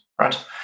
right